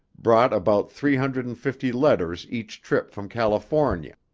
brought about three hundred and fifty letters each trip from california